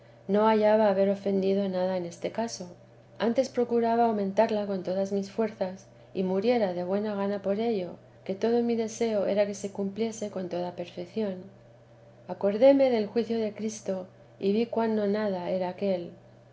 no hallaba haber ofendido nada en este caso antes procuraba aumentarla con todas mis fuerzas y muriera de buena gana por ello que todo mi deseo era que se cumpliese con toda perfeción acordéme del juicio de cristo y vi cuan no nada era aquél